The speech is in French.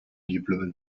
diplomate